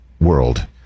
world